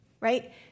right